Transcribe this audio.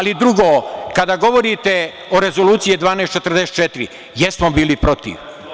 Drugo, kada govorite o Rezoluciji 1244, jesmo bili protiv.